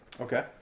Okay